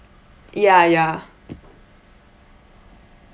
ya ya